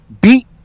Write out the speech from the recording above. beat